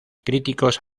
críticos